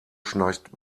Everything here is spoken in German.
schnarcht